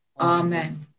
Amen